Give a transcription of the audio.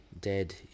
dead